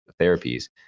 therapies